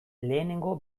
lehenengo